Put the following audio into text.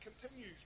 continues